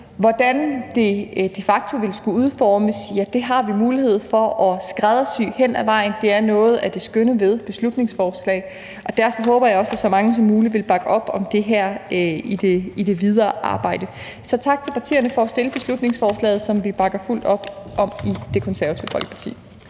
Hvordan det i praksis vil skulle udformes, har vi mulighed for at se på og skræddersy hen ad vejen – det er noget af det skønne ved beslutningsforslag – og derfor håber jeg også, at så mange som muligt vil bakke op om det her i det videre arbejde. Så tak til partierne for at have fremsat beslutningsforslaget, som vi bakker fuldt op om i Det Konservative Folkeparti.